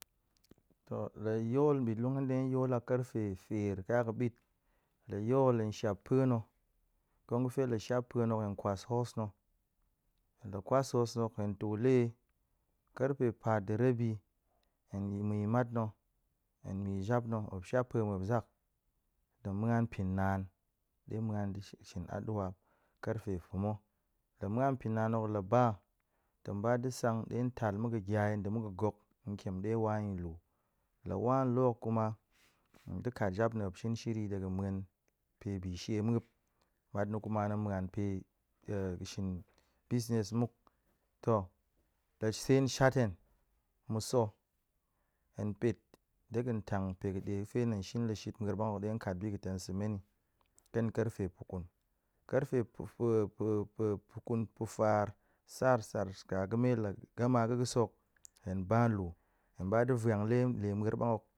To la yol bit lun hen ɗe yol a karfe fier ka ga̱ bit, la yol hen shap pae na̱, kong ga̱fe la shap pae na̱, hen kwas hoos na̱, la kwas hoos na̱, hen too le, karfe pat ndirebi hen mi me matna̱, hen mi jap na̱, muop shap pua muop zak, tong muan pin naan ɗe muan ni di shin shin adua karfe pa̱ma̱, la muan pin naan hok la ba, tong ba ɗe san ɗe tal mu ga̱ gya ɗe mu ga̱ gok nkiem ɗe wa yi lu, la wa lu kuma, hen ɗe kat jap na̱ muop shin shiri ɗe ga̱n muan pe bi she muop, matna̱ kuma tong muan pe ga̱ shin busniess muk, to la seen shat hen mu sa̱, hen pet ɗe ga̱n tang pe ga̱fe ta̱n shin la shit ma̱er bang hok ɗe kat bi ga̱ tong sa̱ men ni ƙen karfe pa̱kun, karfe pa̱kun, pa̱faar, saar, saar shika ga̱me, la gama ga̱ ga̱sek hok, hen ba lu, hen ba lu hen ba ɗe vwan le ma̱er ɓang hok